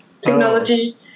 technology